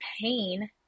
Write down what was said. pain